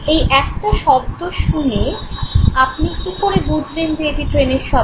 এই একটা শব্দ শুনে কী করে বুঝলেন যে এটি ট্রেনের শব্দ